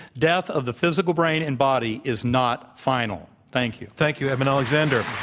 death of the physical brain and body is not final. thank you. thank you, eben alexander.